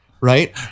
Right